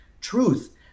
truth